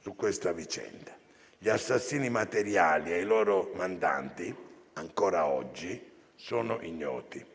su questa vicenda. Gli assassini materiali e i loro mandanti, ancora oggi, sono ignoti: